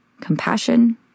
compassion